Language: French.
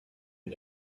est